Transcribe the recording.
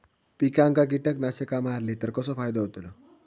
पिकांक कीटकनाशका मारली तर कसो फायदो होतलो?